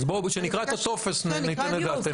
אז בואו, כשנקרא את הטופס ניתן את דעתנו.